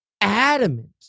adamant